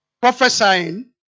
prophesying